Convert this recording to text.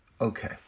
Okay